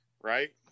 right